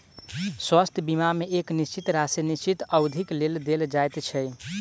स्वास्थ्य बीमा मे एक निश्चित राशि निश्चित अवधिक लेल देल जाइत छै